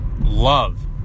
love